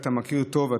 ואתה מכיר טוב,